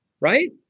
right